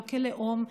לא כלאום,